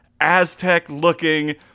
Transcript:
Aztec-looking